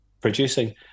producing